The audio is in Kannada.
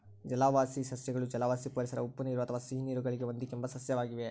ಜಲವಾಸಿ ಸಸ್ಯಗಳು ಜಲವಾಸಿ ಪರಿಸರ ಉಪ್ಪುನೀರು ಅಥವಾ ಸಿಹಿನೀರು ಗಳಿಗೆ ಹೊಂದಿಕೆಂಬ ಸಸ್ಯವಾಗಿವೆ